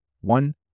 One